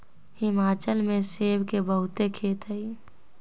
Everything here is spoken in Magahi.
हिमाचल में सेब के बहुते खेत हई